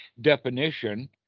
definition